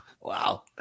Wow